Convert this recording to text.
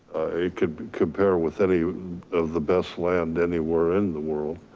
it could compare with any of the best land anywhere in the world.